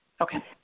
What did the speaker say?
Okay